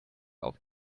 auf